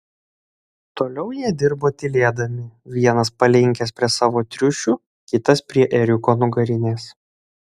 toliau jie dirbo tylėdami vienas palinkęs prie savo triušių kitas prie ėriuko nugarinės